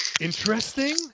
interesting